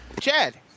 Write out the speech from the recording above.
chad